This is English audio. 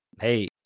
hey